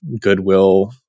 goodwill